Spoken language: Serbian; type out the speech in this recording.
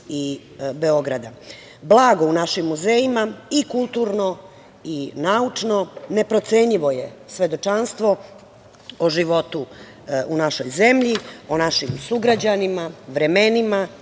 i Beograda. Blago u našim muzejima i kulturno i naučno neprocenjivo je svedočanstvo o životu u našoj zemlji, o našim sugrađanima, vremenima